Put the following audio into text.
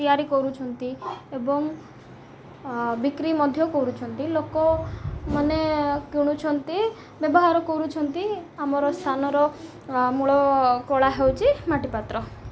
ତିଆରି କରୁଛନ୍ତି ଏବଂ ବିକ୍ରି ମଧ୍ୟ କରୁଛନ୍ତି ଲୋକମାନୋନେ କିଣୁଛନ୍ତି ବ୍ୟବହାର କରୁଛନ୍ତି ଆମର ସ୍ଥାନର ମୂଳ କଳା ହେଉଛି ମାଟିପାତ୍ର